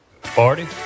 Party